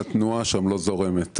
התנועה שם לא זורמת,